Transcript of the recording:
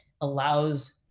allows